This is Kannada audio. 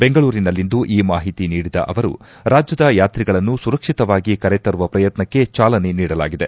ಬೆಂಗಳೂರಿನಲ್ಲಿಂದು ಈ ಮಾಹಿತಿ ನೀಡಿದ ಅವರು ರಾಜ್ಯದ ಯಾತ್ರಿಗಳನ್ನು ಸುರಕ್ಷಿತವಾಗಿ ಕರೆತರುವ ಪ್ರಯತ್ನಕ್ಷೆ ಚಾಲನೆ ನೀಡಲಾಗಿದೆ